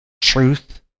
truth